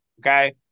Okay